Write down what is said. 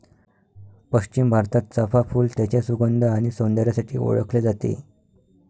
पश्चिम भारतात, चाफ़ा फूल त्याच्या सुगंध आणि सौंदर्यासाठी ओळखले जाते